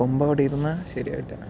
കൊമ്പ് അവിടെ ഇരുന്നാൽ ശരിയാവില്ല